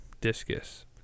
discus